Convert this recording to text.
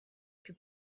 più